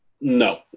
No